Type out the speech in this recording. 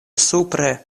supre